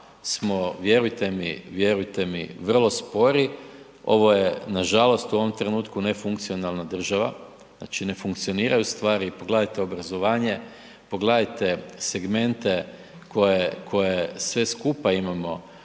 smo, vjerujte mi, vjerujte mi, vrlo spori, ovo je nažalost u ovom trenutku nefunkcionalna država. Znači ne funkcioniraju stvari, pogledajte obrazovanje, pogledajte segmente koje, koje sve skupa imamo